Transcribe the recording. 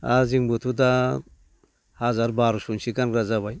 आरो जोंबोथ' दा हाजार बारस'निसो गानग्रा जाबाय